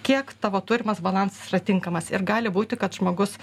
kiek tavo turimas balansas yra tinkamas ir gali būti kad žmogus